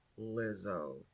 Lizzo